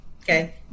okay